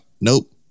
Nope